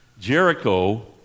Jericho